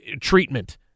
treatment